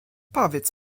powiedz